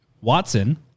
Watson